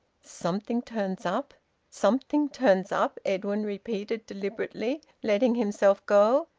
something turns up something turns up edwin repeated deliberately, letting himself go.